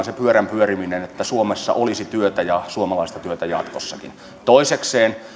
sen pyörän pyörimisen että suomessa olisi työtä ja suomalaista työtä jatkossakin toisekseen